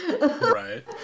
right